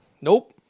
Nope